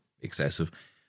excessive